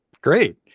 Great